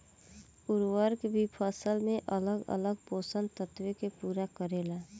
उर्वरक भी फसल में अलग अलग पोषण तत्व के पूरा करेला